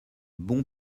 bons